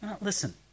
Listen